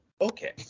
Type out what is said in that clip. okay